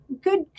good